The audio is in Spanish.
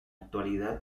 actualidad